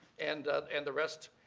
and and the rest